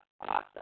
Awesome